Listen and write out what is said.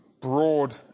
broad